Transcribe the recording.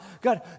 God